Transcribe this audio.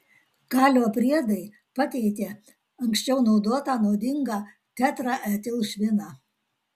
kalio priedai pakeitė anksčiau naudotą nuodingą tetraetilšviną